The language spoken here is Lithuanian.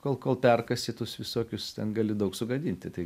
kol kol perkąsi tuos visokius ten gali daug sugadinti tai